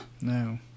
No